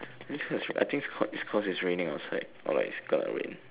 that's cause I think it's cau~ it's cause it's raining outside or like it's gonna rain